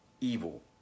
evil